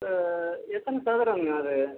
ச எத்தனை சதுரங்கள் அது